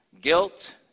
guilt